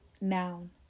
Noun